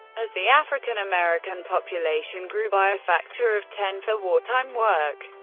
as the african american population grew by a factor of ten for wartime work.